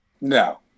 No